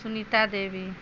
Sunita Devi